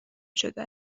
شده